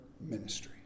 ministry